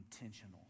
intentional